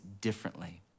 differently